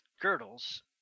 girdles